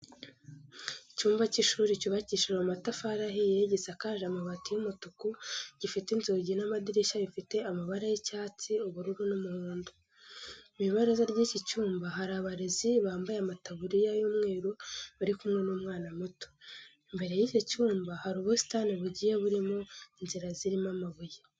Icyumba cy'ishuri cyubakishije amatafari ahiye, gisakaje amabati y'umutuku, gifite inzugi n'amadirishya bifite amabara y'icyatsi, ubururu n'umuhondo. Mu ibaraza ry'iki cyumba hari abarezi bambaye amataburiya y'umweru bari kumwe n'umwana muto. Imbere y'icyo cyumba hari ubusitani bugiye burimo inzira zirimo amabuye.